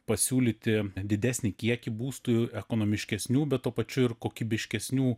pasiūlyti didesnį kiekį būstų ekonomiškesnių bet tuo pačiu ir kokybiškesnių